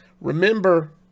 Remember